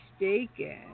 mistaken